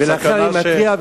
לכן אני מתריע,